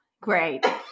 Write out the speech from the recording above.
Great